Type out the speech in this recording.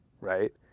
right